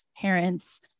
parents